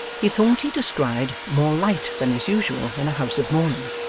he thought he descried more light than is usual in a house of mourning.